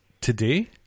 today